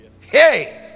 Hey